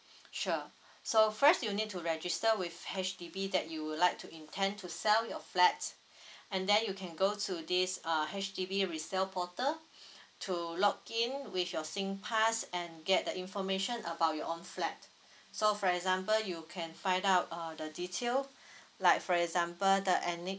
sure so first you'll need to register with H_D_B that you would like to intend to sell your flat and then you can go to this uh H_D_B resale portal to login with your singpass and get the information about your own flat so for example you can find out uh the detail like for example the ethnic